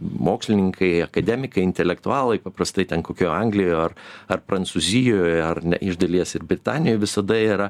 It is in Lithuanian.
mokslininkai akademikai intelektualai paprastai ten kokioj anglijoj ar prancūzijoj ar iš dalies ir britanijoj visada yra